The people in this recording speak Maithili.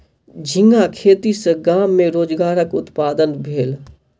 झींगा खेती सॅ गाम में रोजगारक उत्पादन भेल